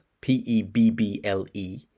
p-e-b-b-l-e